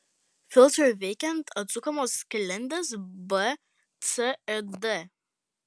filtrui veikiant atsukamos sklendės b c ir d